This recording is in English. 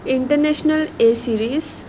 international a series